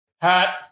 Hat